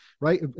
right